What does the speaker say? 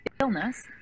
illness